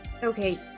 Okay